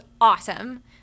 awesome